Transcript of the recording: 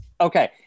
Okay